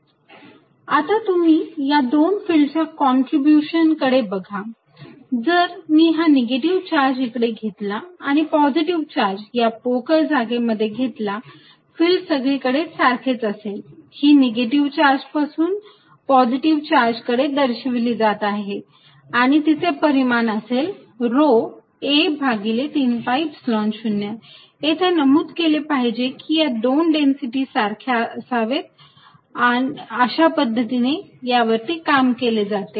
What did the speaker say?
Er130r23030r1r2a30 आता तुम्ही या दोन फिल्डच्या कॉन्ट्रीब्युशन कडे बघा जर मी हा निगेटिव्ह चार्ज इकडे घेतला आणि पॉझिटिव्ह चार्ज या पोकळ जागेमध्ये घेतला फिल्ड सगळीकडे सारखेच असेल ही निगेटिव्ह चार्ज पासून पॉझिटिव्ह कडे दर्शवली जात आहे आणि तिचे परिमान असेल रो a भागिले 3 Epsilon 0 इथे नमूद केले पाहिजे की या दोन डेन्सिटी सारख्या असाव्यात अशा पद्धतीने या वरती काम केले जाते